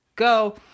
go